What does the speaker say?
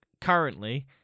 currently